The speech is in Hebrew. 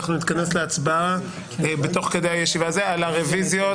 אנחנו נתכנס להצבעה תוך כדי הישיבה על הרוויזיות